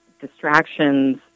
distractions